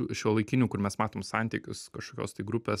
šiuolaikinių kur mes matom santykius kažkokios tai grupės